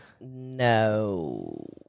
No